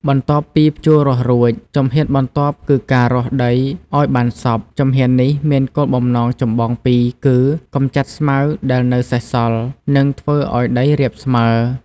បន្ទាប់ពីភ្ជួររាស់រួច ជំហានបន្ទាប់គឺការរាស់ដីឱ្យបានសព្វ ជំហាននេះមានគោលបំណងចម្បងពីរគឺ កម្ចាត់ស្មៅដែលនៅសេសសល់ និងធ្វើឱ្យដីរាបស្មើ។